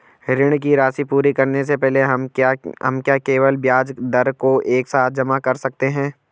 ऋण की राशि पूरी करने से पहले हम क्या केवल ब्याज दर को एक साथ जमा कर सकते हैं?